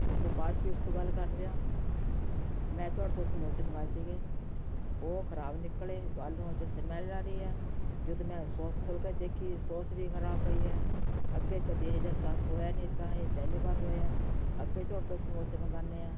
Gopal sweets ਤੋਂ ਗੱਲ ਕਰਦੇ ਹੋ ਮੈਂ ਤੁਹਾਡੇ ਤੋਂ ਸਮੋਸੇ ਮੰਗਵਾਏ ਸੀਗੇ ਉਹ ਖਰਾਬ ਨਿਕਲੇ ਆਲੂਆਂ 'ਚੋਂ ਸਮੈੱਲ ਆ ਰਹੀ ਹੈ ਜਦੋਂ ਮੈਂ ਸੋਸ ਖੋਲ੍ਹ ਕੇ ਦੇਖੀ ਸੋਸ ਵੀ ਖਰਾਬ ਪਈ ਹੈ ਅੱਗੇ ਕਦੇ ਇਹ ਜਿਹਾ ਅਹਿਸਾਸ ਹੋਇਆ ਨਹੀਂ ਤਾ ਇਹ ਪਹਿਲੀ ਵਾਰ ਹੋਇਆ ਅੱਗੇ ਤੁਹਾਡੇ ਤੋਂ ਸਮੋਸੇ ਮੰਗਾਉਂਦੇ ਹਾਂ